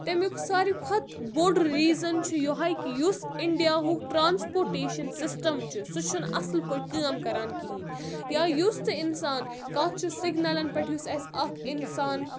تَمیُک ساروی کھۄتہٕ بوٚڑ ریٖزَن چھُ یہے کہِ یُس اِنڈیاہُک ٹرانسپوٹیشَن سِسٹَم چھُ سُہ چھُنہٕ اَصٕل پٲٹھۍ کٲم کَران کِہیٖنۍ یا یُس تہِ اِنسان کانٛہہ چھُ سِگنَلَن پؠٹھ یُس اَسہِ اَکھ اِنسان